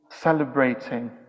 celebrating